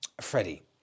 Freddie